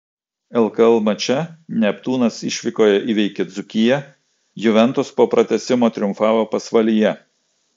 lkl mače neptūnas išvykoje įveikė dzūkiją juventus po pratęsimo triumfavo pasvalyje